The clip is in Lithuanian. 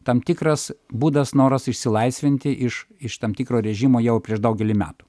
tam tikras būdas noras išsilaisvinti iš iš tam tikro režimo jau prieš daugelį metų